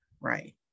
right